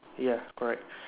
ya correct